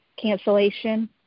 cancellation